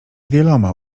wieloma